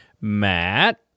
Matt